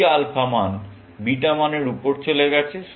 এই আলফা মান বিটা মানের উপরে চলে গেছে